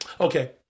Okay